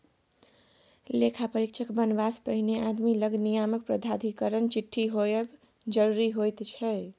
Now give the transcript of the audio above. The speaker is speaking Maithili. लेखा परीक्षक बनबासँ पहिने आदमी लग नियामक प्राधिकरणक चिट्ठी होएब जरूरी होइत छै